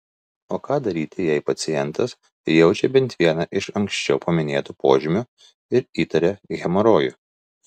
o ką daryti jei pacientas jaučia bent vieną iš anksčiau paminėtų požymių ir įtaria hemorojų